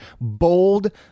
bold